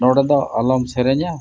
ᱱᱚᱰᱮ ᱫᱚ ᱟᱞᱚᱢ ᱥᱮᱨᱮᱧᱟ